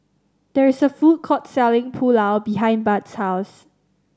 there is a food court selling Pulao behind Bud's house